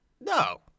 No